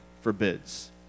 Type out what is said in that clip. forbids